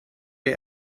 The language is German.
der